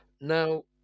Now